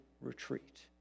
retreat